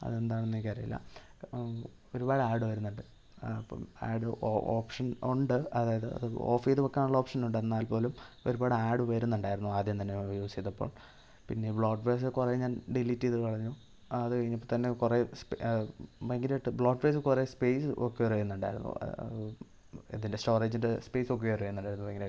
അതെന്താണെന്ന് എനിക്ക് അറിയില്ല ഒരുപാട് ആഡ് വരുന്നുണ്ട് അപ്പം ആഡ് ഒ ഓപ്ഷൻ ഉണ്ട് അതായത് അത് ഓഫ് ചെയ്ത് വെയ്ക്കാൻ ഉള്ള ഓപ്ഷനുണ്ട് എന്നാൽ പോലും ഒരുപാട് ആഡ് വരുന്നുണ്ടായിരുന്നു ആദ്യം തന്നെ യൂസ് ചെയ്തപ്പോൾ പിന്നേ ബ്ലോട്ട് വെയേർസ് കുറേ ഞാൻ ഡിലിറ്റ് ചെയ്തു കളഞ്ഞു അത് കഴിഞ്ഞപ്പോൾ തന്നേ കുറേ സ്പ് ഭയങ്കരമായിട്ട് ബ്ലോട്ട് വെയേർസ് കുറേ സ്പേസ് ഒക്യൂർ ചെയ്യുന്നുണ്ടായിരുന്നു എന്തിൻ്റെ സ്റ്റോറേജിൻ്റെ സ്പേസ് ഒക്യൂർ ചെയുന്നുണ്ടായിരുന്നു ഭയങ്കരമായിട്ടും